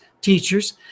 teachers